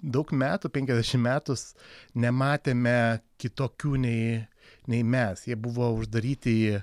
daug metų penkiasdešim metus nematėme kitokių nei nei mes jie buvo uždaryti į